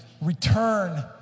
return